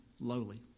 lowly